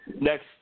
Next